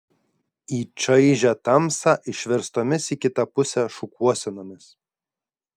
į čaižią tamsą išverstomis į kitą pusę šukuosenomis